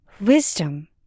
Wisdom